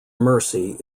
mercy